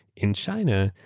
in china,